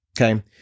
okay